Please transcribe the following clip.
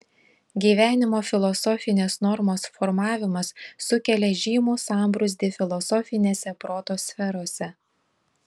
gyvenimo filosofinės normos formavimas sukelia žymų sambrūzdį filosofinėse proto sferose